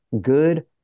Good